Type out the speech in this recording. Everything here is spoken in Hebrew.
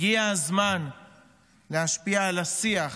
הגיע הזמן להשפיע על השיח,